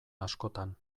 askotan